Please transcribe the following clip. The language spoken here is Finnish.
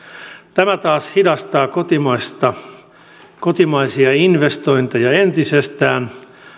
tämä taas hidastaa kotimaisia investointeja entisestään